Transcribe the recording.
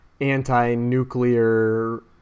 anti-nuclear